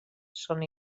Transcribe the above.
són